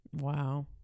Wow